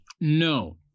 no